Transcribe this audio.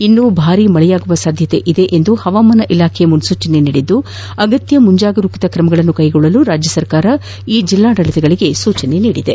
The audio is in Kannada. ಇನ್ನೂ ಭಾರೀ ಮಳೆಯಾಗುವ ಸಾಧ್ಯತೆ ಇದೆ ಎಂದು ಹವಾಮಾನ ಇಲಾಖೆ ಮುನ್ಸೂಚನೆ ನೀಡಿದ್ದು ಅಗತ್ಯ ಮುಂಜಾಗ್ರತಾ ಕ್ರಮಗಳನ್ನು ಕೈಗೊಳ್ಳಲು ರಾಜ್ಯ ಸರ್ಕಾರ ಜಿಲ್ಲಾಡಳಿಗಳಿಗೆ ಸೂಚಿಸಿದೆ